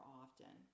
often